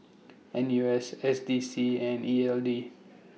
N U S S D C and E L D